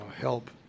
help